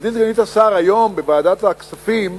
גברתי סגנית השר, היום בוועדת הכספים,